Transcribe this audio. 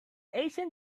asian